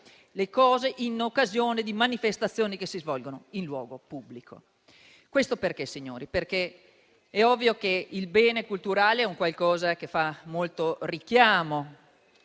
le opere in occasione di manifestazioni che si svolgono in luogo pubblico. Questo perché, signori? È ovvio che il bene culturale è un qualcosa che fa molto richiamo,